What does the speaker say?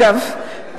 אגב,